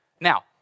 Now